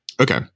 Okay